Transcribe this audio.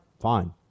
fine